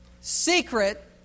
secret